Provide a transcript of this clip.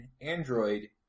Android